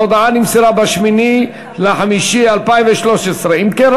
ההודעה נמסר ב-8 במאי 2013. אם כן,